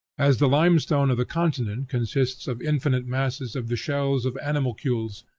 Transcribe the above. as the limestone of the continent consists of infinite masses of the shells of animalcules,